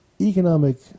economic